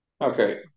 Okay